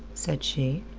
said she.